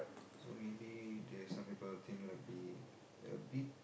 so maybe the some people think like be a bit